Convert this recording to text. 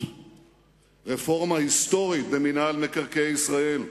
רפורמה היסטורית במינהל מקרקעי ישראל,